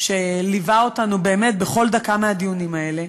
שליווה אותנו בכל דקה מהדיונים האלה.